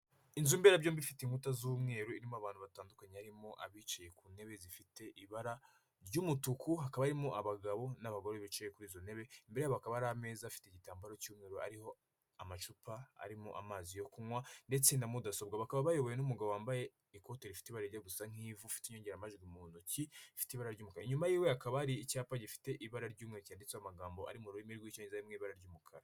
Inzu mberabyombi ifite inkuta z'umweru irimo abantu batandukanye, harimo abicaye ku ntebe zifite ibara ry'umutuku, hakaba harimo abagabo n'abagore bicaye kuri izo ntebe, imbe yabo hakaba hari ameza afite igitambaro cy'umweru, ariho amacupa arimo amazi yo kunywa ndetse na mudasobwa. Bakaba bayobowe n'umugabo wambaye ikote rifite ibare rijya gusa nk'ivu, ufite inyongeramajwi mu ntoki, ifite ibara ry'umukara. Inyuma y'iwe hakaba hari icyapa gifite ibara ry'umweru, cyanditseho amagambo ari mu rurimi rw'Icyongereza ari mu ibara ry'umukara.